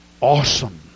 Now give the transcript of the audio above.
awesome